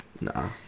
Nah